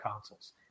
consoles